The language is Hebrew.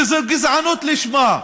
שזו גזענות לשמה.